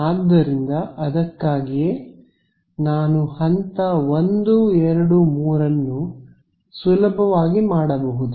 ಆದ್ದರಿಂದ ಅದಕ್ಕಾಗಿಯೇ ನಾನುಹಂತ 1 2 3 ನ್ನು ಸುಲಭವಾಗಿ ಮಾಡಬಹುದು